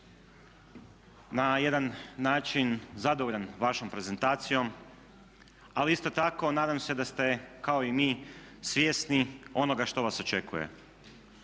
na jedan način zadovoljan vašom prezentacijom. Ali isto tako nadam se da ste kao i mi svjesni onoga što vas očekuje.